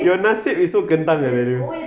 your nasib is so kentang lah dude